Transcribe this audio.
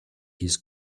his